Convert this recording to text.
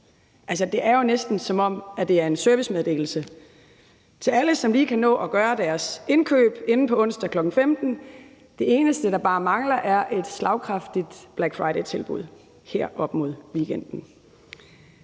det er jo næsten, som om det en servicemeddelelse til alle, som lige kan nå at gøre deres indkøb inden på onsdag kl. 15. Det eneste, der bare mangler, er et slagkraftigt Black Friday-tilbud her op mod weekenden.